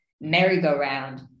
merry-go-round